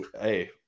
Hey